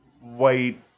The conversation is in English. white